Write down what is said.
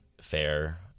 fair